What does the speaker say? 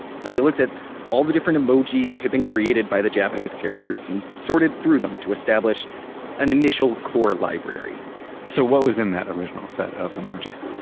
so they looked at all the different emoji that had been created by the japanese carriers and sorted through them to establish an initial core library so what was in that original set of emojis?